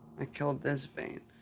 i killed this vein.